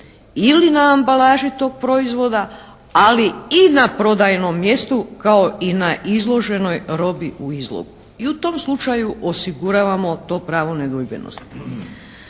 ili na ambalaži tog proizvoda, ali i na prodajnom mjestu kao i na izloženoj robi u izlogu i u tom slučaju osiguravamo to pravo nedvojbenosti.